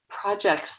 projects